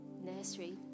nursery